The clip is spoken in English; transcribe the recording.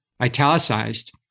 italicized